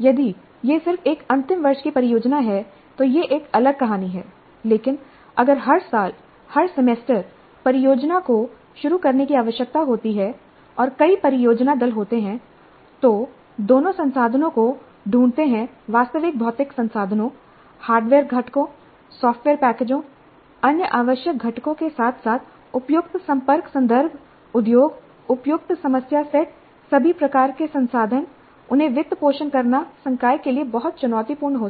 यदि यह सिर्फ एक अंतिम वर्ष की परियोजना है तो यह एक अलग कहानी है लेकिन अगर हर सालहर सेमेस्टर परियोजना को शुरू करने की आवश्यकता होती है और कई परियोजना दल होते हैं जो दोनों संसाधनों को ढूंढते हैं वास्तविक भौतिक संसाधनों हार्डवेयर घटकों सॉफ्टवेयर पैकेजों अन्य आवश्यक घटकों के साथ साथ उपयुक्त सम्पर्क संदर्भ उद्योग उपयुक्त समस्या सेट सभी प्रकार के संसाधन उन्हें वित्त पोषण करना संकाय के लिए बहुत चुनौतीपूर्ण हो सकता है